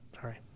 sorry